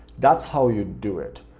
that's how you'd do it.